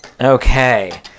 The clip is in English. Okay